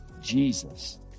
Jesus